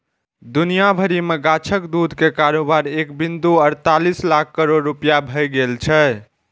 दुनिया भरि मे गाछक दूध के कारोबार एक बिंदु अड़तालीस लाख करोड़ रुपैया भए गेल छै